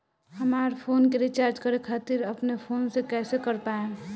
हमार फोन के रीचार्ज करे खातिर अपने फोन से कैसे कर पाएम?